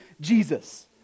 Jesus